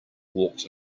walked